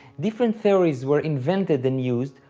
different theories were invented and used,